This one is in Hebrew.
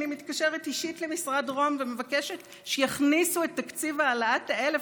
אני מתקשרת אישית למשרד רוה"מ ומבקשת שיכניסו את תקציב העלאת ה-1,000,